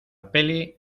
peli